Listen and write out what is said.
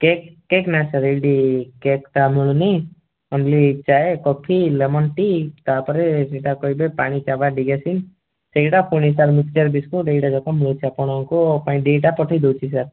cake cake ନାଇଁ sir ଏଇଠି cake ଟା ମିଳୁନି only chai coffee lemon tea ତାପରେ ଯାହା କହିବେ ପାଣି ଚା ବା ଡିଆସିନ୍ ସେଇଡ଼ା ପୁଣି ସାର୍ ମିକ୍ସଚର୍ ବିସ୍କୁଟ୍ ଦୁଇଟାଯାକ ମିଳୁଛି ଆପଣଙ୍କୁ ଆପଣଙ୍କ ପାଇଁ ଦୁଇଟା ପଠେଇ ଦେଉଛି ସାର୍